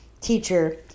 teacher